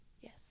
Yes